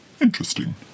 Interesting